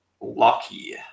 lucky